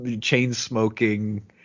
chain-smoking